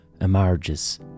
emerges